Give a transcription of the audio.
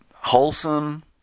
wholesome